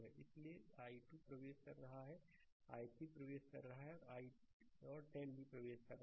इसलिए i2 प्रवेश कर रहा है i3 प्रवेश कर रहा है और 10 भी प्रवेश कर रहा है